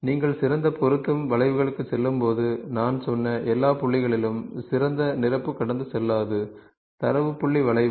நீங்கள் சிறந்த பொருந்தும் வளைவுகளுக்குச் செல்லும்போது நான் சொன்ன எல்லா புள்ளிகளிலும் சிறந்த நிரப்பு கடந்து செல்லாது தரவு புள்ளி வளைவு